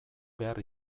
behar